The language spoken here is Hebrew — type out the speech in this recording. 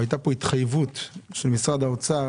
והיתה פה התחייבות של משרד האוצר